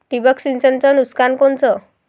ठिबक सिंचनचं नुकसान कोनचं?